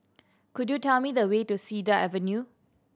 could you tell me the way to Cedar Avenue